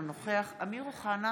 אינו נוכח אמיר אוחנה,